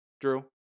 Drew